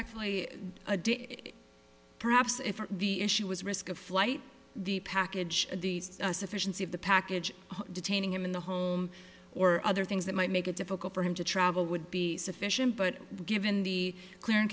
day perhaps if the issue is risk of flight the package the sufficiency of the package detaining him in the home or other things that might make it difficult for him to travel would be sufficient but given the clear and